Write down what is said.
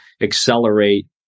accelerate